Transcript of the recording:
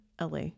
LA